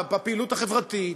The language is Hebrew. בפעילות החברתית,